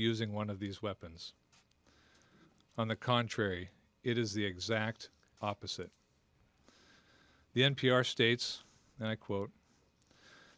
using one of these weapons on the contrary it is the exact opposite the n p r states and i quote